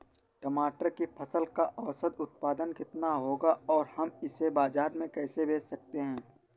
टमाटर की फसल का औसत उत्पादन कितना होगा और हम इसे बाजार में कैसे बेच सकते हैं?